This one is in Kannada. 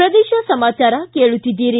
ಪ್ರದೇಶ ಸಮಾಚಾರ ಕೇಳುತ್ತಿದ್ದೀರಿ